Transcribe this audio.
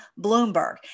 Bloomberg